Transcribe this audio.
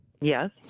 Yes